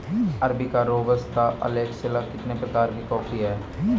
arabica robusta excelsa तीन प्रकार के कॉफी हैं